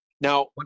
Now